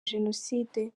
jenoside